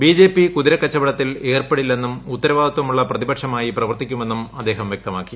BJP കുതിരക്കച്ചവടത്തിൽ ഏർപ്പെടില്ലെന്നും ഉത്തരവാദിത്വമുള്ള പ്രതിപക്ഷമായി പ്രവർത്തിക്കുമെന്നും അദ്ദേഹം വ്യക്തമാക്കി